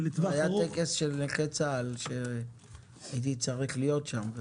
היה טקס של נכי צה"ל שהייתי צריך להיות בו.